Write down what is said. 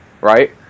right